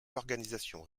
l’organisation